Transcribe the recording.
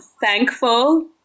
thankful